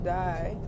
die